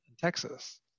Texas